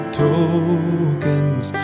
tokens